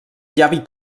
llavi